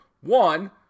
One